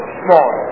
small